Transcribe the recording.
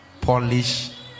polish